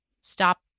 stop